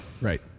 right